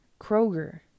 Kroger